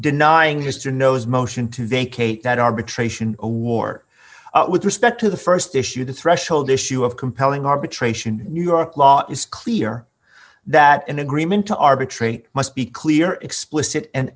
denying sister knows motion to vacate that arbitration a war with respect to the st issue the threshold issue of compelling arbitration new york law is clear that an agreement to arbitrate must be clear explicit and